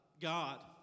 God